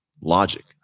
Logic